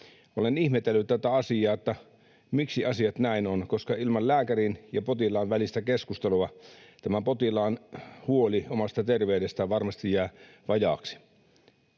Olen ihmetellyt tätä asiaa, miksi asiat näin ovat, koska ilman lääkärin ja potilaan välistä keskustelua potilaan huoli omasta terveydestään varmasti jää vajaaksi.